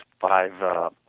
five